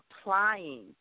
applying